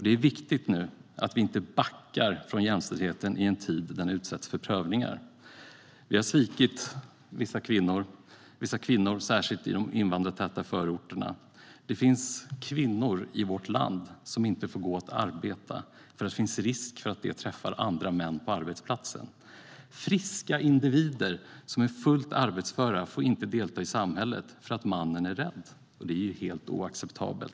Det är viktigt nu att vi inte backar från jämställdheten i en tid när den utsätts för prövningar. Vi har svikit vissa kvinnor, särskilt i de invandrartäta förorterna. Det finns kvinnor i vårt land som inte får gå och arbeta, därför att det finns risk för att de träffar män på arbetsplatsen. Friska individer som är fullt arbetsföra får inte delta i samhället för att mannen är rädd, och det är helt oacceptabelt.